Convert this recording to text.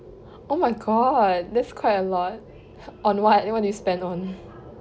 oh my god that's quite a lot on what what do you spend on